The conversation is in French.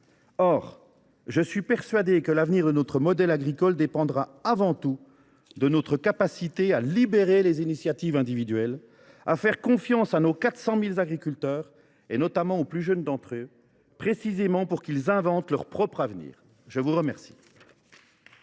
Or je suis persuadé que l’avenir de notre modèle agricole dépend avant tout de notre capacité à libérer les initiatives individuelles et à faire confiance à nos 400 000 agriculteurs, notamment aux plus jeunes d’entre eux, pour qu’ils inventent leur propre avenir. La parole